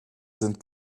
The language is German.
sind